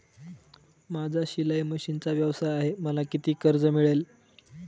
माझा शिलाई मशिनचा व्यवसाय आहे मला किती कर्ज मिळेल?